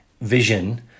vision